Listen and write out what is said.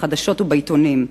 בחדשות ובעיתונים.